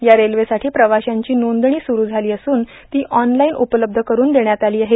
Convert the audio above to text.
या रेल्वेसाठी प्रवाशांची नोंदणी सुरू झाली असून ती ऑनलाईन उपलब्ध करून देण्यात आली आहे